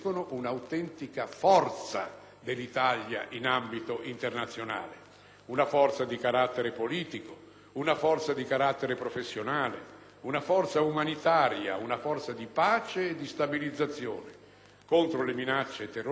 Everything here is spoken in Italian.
una forza di carattere politico e professionale, una forza umanitaria, una forza di pace e stabilizzazione contro le minacce terroristiche (di cui tutti parlano) e sovvertitrici della democrazia.